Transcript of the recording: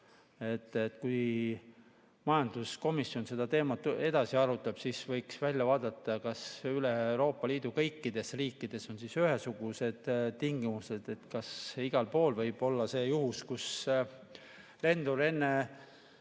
Kui majanduskomisjon seda teemat edasi arutab, siis võiks vaadata, kas üle Euroopa Liidu kõikides riikides on ühesugused tingimused, kas igal pool võib olla nii, et lendur enne